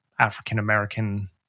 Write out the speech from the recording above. African-American